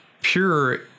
pure